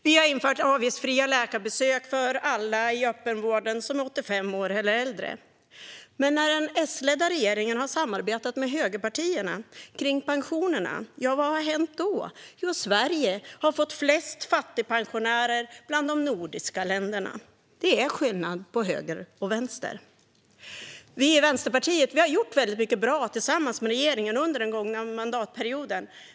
Vi har infört avgiftsfria läkarbesök i öppenvården för alla som är 85 år eller äldre. Men när den S-ledda regeringen har samarbetat med högerpartierna kring pensionerna, vad har hänt då? Jo, Sverige har fått flest fattigpensionärer bland de nordiska länderna. Det är skillnad på höger och vänster. Vi i Vänsterpartiet har gjort väldigt mycket bra tillsammans med regeringen under den gångna mandatperioden.